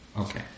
Okay